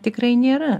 tikrai nėra